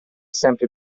sempre